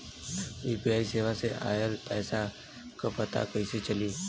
UPI सेवा से ऑयल पैसा क पता कइसे चली?